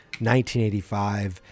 1985